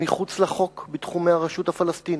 מחוץ לחוק בתחומי הרשות הפלסטינית,